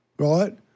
right